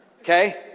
okay